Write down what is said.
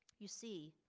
you see,